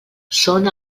són